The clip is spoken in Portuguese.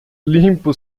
limpo